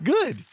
Good